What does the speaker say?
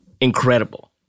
incredible